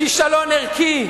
כישלון ערכי.